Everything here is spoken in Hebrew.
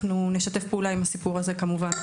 אנחנו כמובן נשתף פעולה עם הסיפור הזה.